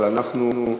אבל אנחנו,